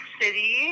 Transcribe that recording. City